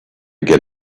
get